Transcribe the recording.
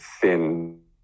thin